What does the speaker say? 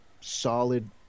solid